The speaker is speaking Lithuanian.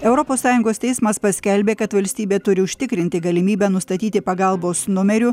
europos sąjungos teismas paskelbė kad valstybė turi užtikrinti galimybę nustatyti pagalbos numeriu